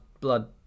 blood